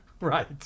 Right